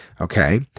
okay